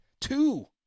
Two